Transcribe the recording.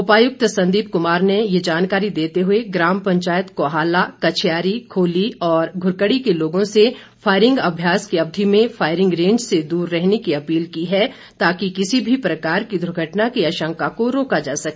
उपायुक्त संदीप कुमार ने ये जानकारी देते हुए ग्राम पंचायत कोहाला कच्छयारी खोली और घुरकड़ी के लोगों से फायरिंग अभ्यास की अवधि में फायरिंग रेंज से दूर रहने की अपील की है ताकि किसी भी प्रकार की दुर्घटना की आशंका को रोका जा सके